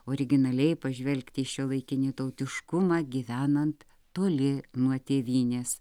originaliai pažvelgti į šiuolaikinį tautiškumą gyvenant toli nuo tėvynės